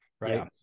Right